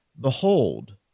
Behold